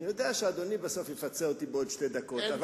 אני יודע שאדוני בסוף יפצה אותי בעוד שתי דקות.